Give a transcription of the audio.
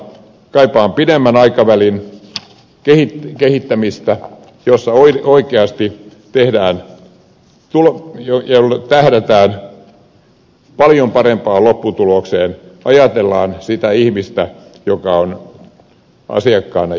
kaipaan pidemmän aikavälin kehittämistä jossa oikeasti tähdätään paljon parempaan lopputulokseen ajatellaan sitä ihmistä joka on asiakkaana ja hoidettavana